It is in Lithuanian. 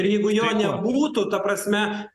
ir jeigu jo nebūtų ta prasme